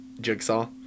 Jigsaw